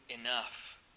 enough